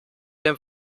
dem